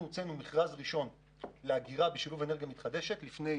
אנחנו הוצאנו מכרז ראשון לאגירה בשילוב אנרגיה מתחדשת לפני